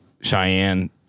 Cheyenne